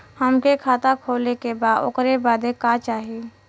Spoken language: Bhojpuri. हमके खाता खोले के बा ओकरे बादे का चाही?